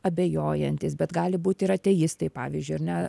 abejojantys bet gali būt ir ateistai pavyzdžiui ar ne